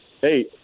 hey